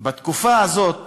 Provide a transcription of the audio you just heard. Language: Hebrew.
בתקופה הזאת